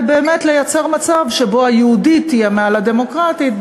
באמת לייצר מצב שבו היהודית תהיה מעל הדמוקרטית,